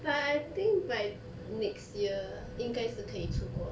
but I think by next year 应该是可以出国